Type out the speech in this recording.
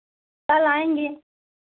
कल आएंगे